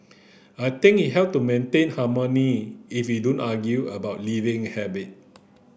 I think it help to maintain harmony if we don't argue about living habit